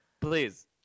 Please